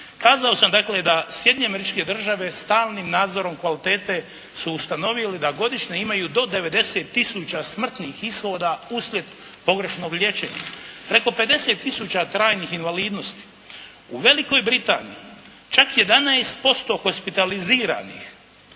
Kazao sam dakle da Sjedinjene Američke Države stalnim nadzorom kvalitete su ustanovile da godišnje imaju do 90 tisuća smrtnih ishoda uslijed pogrešnog liječenja. Preko 50 tisuća trajnih invalidnosti. U Velikoj Britaniji čak 11% hospitaliziranih